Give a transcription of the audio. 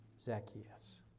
Zacchaeus